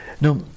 Now